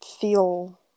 feel